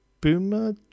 Boomer